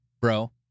bro